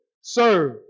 serve